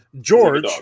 George